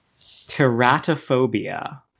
teratophobia